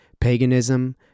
Paganism